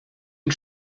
une